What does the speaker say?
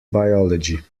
biology